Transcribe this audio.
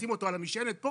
לשים אותו על המשענת פה